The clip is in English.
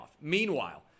Meanwhile